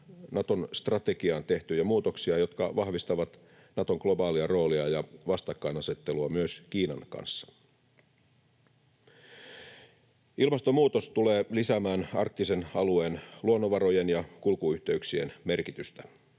Naton strategiaan tehtyjä muutoksia, jotka vahvistavat Naton globaalia roolia ja vastakkainasettelua myös Kiinan kanssa. Ilmastonmuutos tulee lisäämään arktisen alueen luonnonvarojen ja kulkuyhteyksien merkitystä.